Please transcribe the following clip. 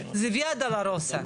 זה ויה-דולורוזה.